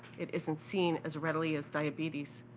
it isn't seen as readily as diabetes.